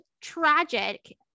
tragic